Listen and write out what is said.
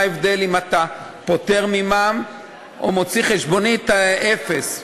מה ההבדל אם אתה פוטר ממע"מ או מוציא חשבונית אפס?